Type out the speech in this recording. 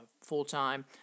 full-time